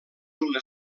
una